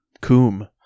cum